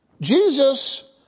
Jesus